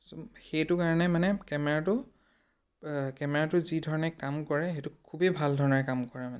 ছ' সেইটো কাৰণে মানে কেমেৰাটো কেমেৰাটো যি ধৰণে কাম কৰে সেইটো খুবেই ভাল ধৰণৰে কাম কৰে মানে